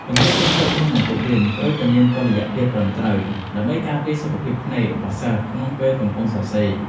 ពន្លឺចេញចូលក្នុងបន្ទប់រៀនត្រូវតែមានតុល្យភាពត្រឹមត្រូវ ដើម្បីការពារសុខភាពភ្នែករបស់សិស្សក្នុងពេលកំពុងសរសេរ។